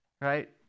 Right